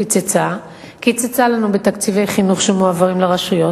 קיצצה לנו בתקציבי חינוך שמועברים לרשויות.